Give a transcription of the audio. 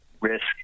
risk